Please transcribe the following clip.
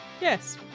Yes